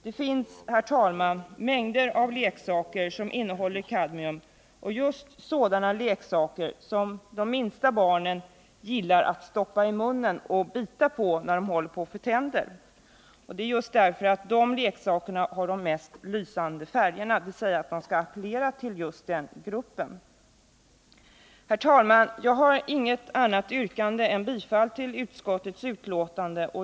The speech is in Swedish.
Det finns, herr talman, mängder av leksaker som innehåller kadmium, just sådana leksaker som de minsta barnen gillar att stoppa i munnen och bita på när de håller på att få tänder. Just de leksakerna har de mest lysande färgerna och appellerar till barnen. Herr talman! Jag har inget annat yrkande än om bifall till utskottets hemställan.